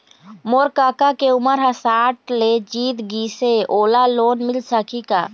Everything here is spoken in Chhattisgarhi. मोर कका के उमर ह साठ ले जीत गिस हे, ओला लोन मिल सकही का?